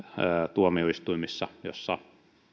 tuomioistuimissa joissa